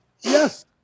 Yes